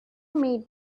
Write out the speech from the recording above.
made